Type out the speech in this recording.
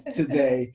today